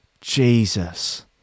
Jesus